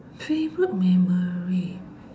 favourite memory